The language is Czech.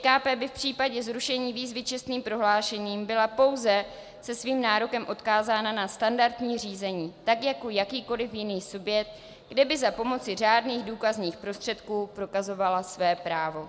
ČKP by v případě zrušení výzvy čestným prohlášením byla pouze se svým nárokem odkázána na standardní řízení tak jako jakýkoliv jiný subjekt, kde by za pomoci řádných důkazních prostředků prokazovala své právo.